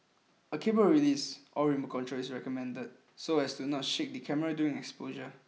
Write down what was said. cable release or remote control is recommended so as not to shake the camera during exposure